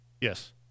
Yes